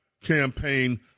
campaign